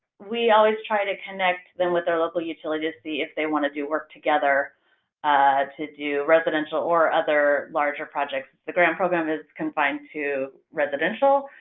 we always try to connect them with their local utility to see if they want to do work together to do residential or other larger projects. the grant program is confined to residential.